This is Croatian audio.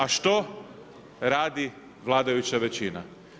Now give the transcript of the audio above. A što radi vladajuća većina?